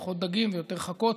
פחות דגים ויותר חכות,